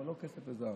אבל לא כסף וזהב,